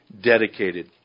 dedicated